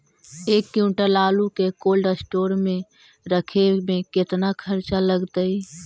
एक क्विंटल आलू के कोल्ड अस्टोर मे रखे मे केतना खरचा लगतइ?